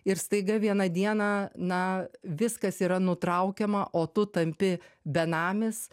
ir staiga vieną dieną na viskas yra nutraukiama o tu tampi benamis